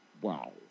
Wow